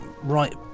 right